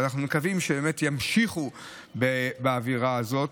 ואנחנו מקווים שבאמת ימשיכו באווירה הזאת.